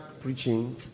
preaching